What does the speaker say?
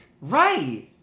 Right